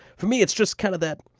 for me, it's just kind of that